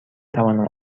توانم